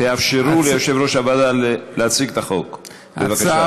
תאפשרו ליושב-ראש הוועדה להציג את החוק, בבקשה.